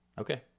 Okay